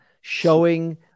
showing